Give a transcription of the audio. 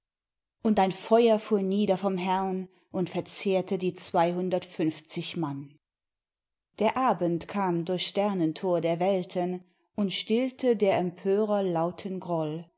und ein feuer fuhr nieder vom herrn und verzehrte die zweihundertfünfzig mann der abend kam durchs sternentor der welten und stillte der empörer lauten groll